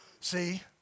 See